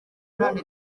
none